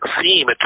theme